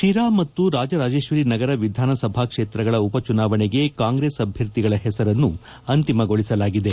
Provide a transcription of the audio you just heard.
ಶಿರಾ ಮತ್ತು ರಾಜರಾಜೇಶ್ವರಿ ನಗರ ವಿಧಾನಸಭಾ ಕ್ಷೇತ್ರಗಳ ಉಪ ಚುನಾವಣೆಗೆ ಕಾಂಗ್ರೆಸ್ ಅಭ್ಯರ್ಥಿಗಳ ಹೆಸರನ್ನು ಅಂತಿಮಗೊಳಿಸಲಾಗಿದೆ